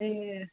ए